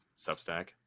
Substack